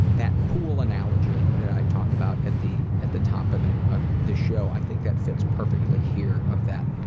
that pool analogy that i talked about at the at the top of the of the show, i think that fits perfectly here, of that